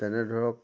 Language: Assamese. তেনে ধৰক